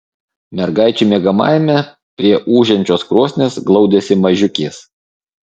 mergaičių miegamajame prie ūžiančios krosnies glaudėsi mažiukės